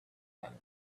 planet